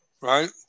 right